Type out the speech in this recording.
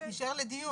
כן, זה יישאר לדיון.